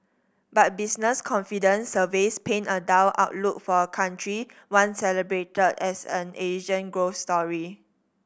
but business confidence surveys paint a dull outlook for a country once celebrated as an Asian growth story